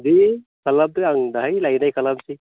दे खालामदो आं दाहाय लायनाय खालामसै